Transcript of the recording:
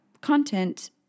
content